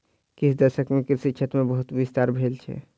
किछ दशक मे कृषि क्षेत्र मे बहुत विस्तार भेल छै